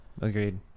agreed